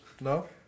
No